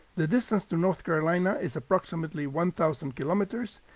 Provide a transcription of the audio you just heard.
the distance to north carolina is approximately one thousand kilometers,